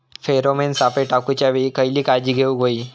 Pheromone सापळे टाकूच्या वेळी खयली काळजी घेवूक व्हयी?